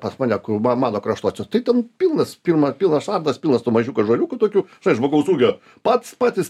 pas mane kur ba mano kraštuose tai ten pilnas pirma pila šlabdas pilnas tų mažiukų ąžuoliukų tokių čia žmogaus ūgio pats patys